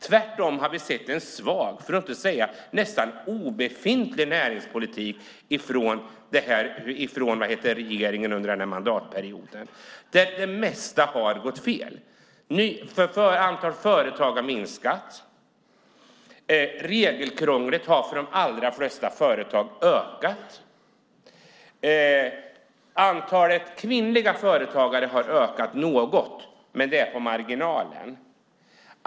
Tvärtom har vi sett en svag, för att inte säga nästan obefintlig, näringspolitik från regeringen under denna mandatperiod. Det mesta har gått fel. Antalet företag har minskat. Regelkrånglet har ökat för de allra flesta företag. Antalet kvinnliga företagare har ökat något, men det är på marginalen.